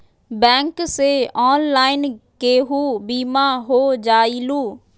Bank से online केहु बिमा हो जाईलु?